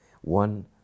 One